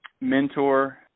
mentor –